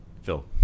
Phil